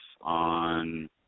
on